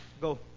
Go